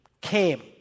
came